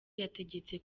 yategetse